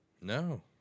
No